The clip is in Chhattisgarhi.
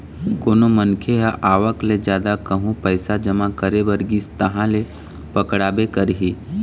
कोनो मनखे ह आवक ले जादा कहूँ पइसा जमा करे बर गिस तहाँ ले पकड़ाबे करही